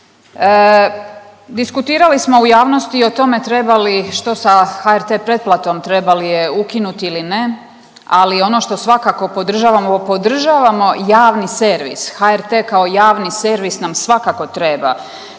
Diskutirali smo u javnosti o tome treba li što sa HRT pretplatom, treba li je ukinuti ili ne, ali ono što svakako podržavamo, podržavamo javni servis, HRT kao javni servis nam svakako treba,